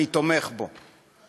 אני תומך בו.